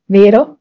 vero